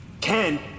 Ken